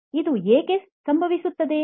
ಇದು ಏಕೆ ಸಂಭವಿಸುತ್ತದೆ